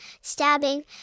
stabbing